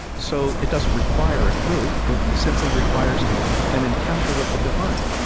so it doesn't require a group, it simply requires an encounter with the divine.